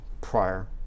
prior